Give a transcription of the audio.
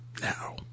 now